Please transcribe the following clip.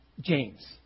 James